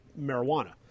marijuana